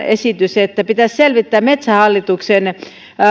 esitys että pitäisi selvittää metsähallituksen